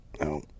no